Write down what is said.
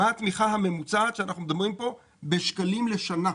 מה התמיכה הממוצעת שאנחנו מדברים פה בשקלים לשנה.